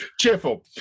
cheerful